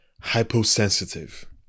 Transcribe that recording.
hypersensitive